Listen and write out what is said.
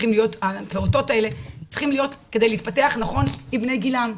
הפעוטות האלה צריכים להיות כדי להתפתח נכון עם בני גילם.